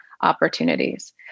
opportunities